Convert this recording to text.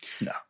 No